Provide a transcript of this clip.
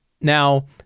Now